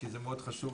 זה מאוד חשוב